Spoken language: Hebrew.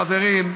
חברים,